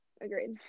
agreed